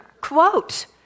Quote